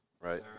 right